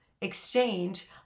Exchange